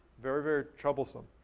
very, very troublesome.